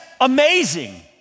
amazing